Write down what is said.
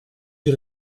die